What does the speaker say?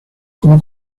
como